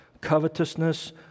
covetousness